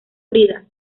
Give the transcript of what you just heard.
bridas